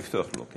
לפתוח לו.